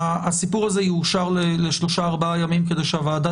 הסיפור הזה יאושר לשלושה-ארבעה ימים כדי שהוועדה